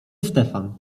stefan